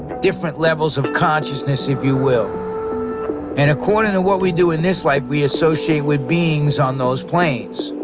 different levels of consciousness if you will and according to what we do in this life, we associate with beings on those planes.